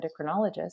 endocrinologist